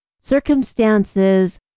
circumstances